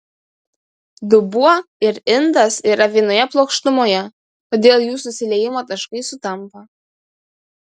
dubuo ir indas yra vienoje plokštumoje todėl jų susiliejimo taškai sutampa